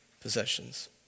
possessions